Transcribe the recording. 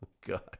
God